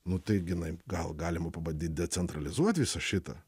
nu tai gi inai gal galima pabandyt decentralizuot visą šitą